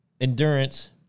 endurance